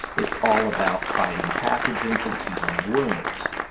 it's all about fighting pathogens and healing wounds.